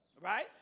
Right